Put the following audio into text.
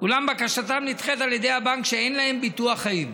הזה, בקשתם נדחית על ידי הבנק כשאין להם ביטוח חיים.